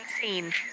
scene